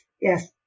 yes